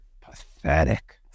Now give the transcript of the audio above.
pathetic